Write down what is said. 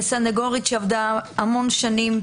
כסנגורית שעבדה המון שנים,